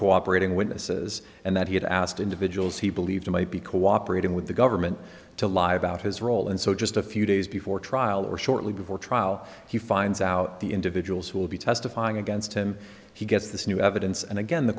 cooperating witnesses and that he had asked individuals he believed might be cooperating with the government to lie about his role and so just a few days before trial or shortly before trial he finds out the individuals who will be testifying against him he gets this new evidence and again the